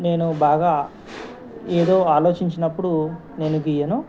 నేను బాగా ఏదో ఆలోచించినప్పుడు నేను గీయను